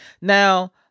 Now